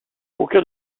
aucun